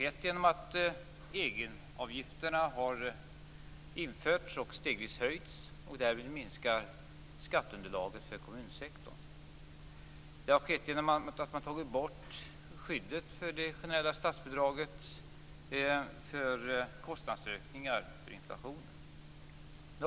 Egenavgifterna har införts och stegvis höjts; därvid minskar skatteunderlaget för kommunsektorn. Man har tagit bort det generella statsbidragets skydd för kostnadsökningar för inflationen.